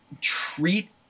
treat